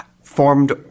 Formed